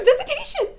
visitation